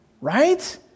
right